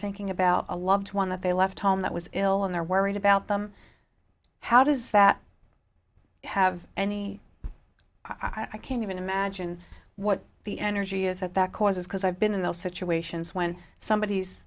thinking about a loved one that they left home that was ill and they're worried about them how does that have any i can't even imagine what the energy is at that causes because i've been in those situations when somebody